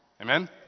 Amen